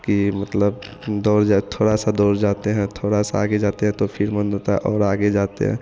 कि मतलब दौड़ जाए थोड़ा सा दौड़ जाते हैं थोड़ा सा आगे जाते हैं तो फ़िर मन होता है और आगे जाते हैं